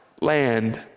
land